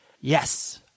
yes